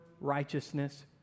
righteousness